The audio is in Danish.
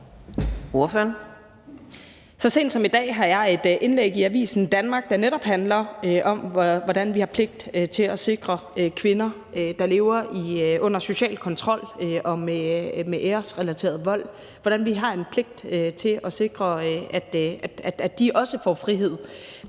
Så sent som i dag har jeg et indlæg i Avisen Danmark, der netop handler om, hvordan vi har pligt til at sikre kvinder, der lever under social kontrol og med æresrelateret vold, at de også får frihed.